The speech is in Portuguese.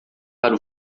para